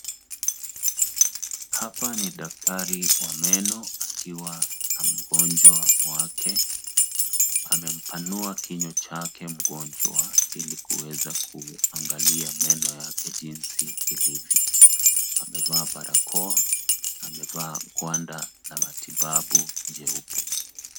Hapa ni daktari wa meno akiwa na mgonjwa wake. Amempanua kinywa chake mgonjwa ilikuweza kuangalia meno yake jinsi ilivyo. Amevaa barakoa na amevaa gwanda la matibabu jeupe.